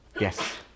Yes